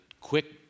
quick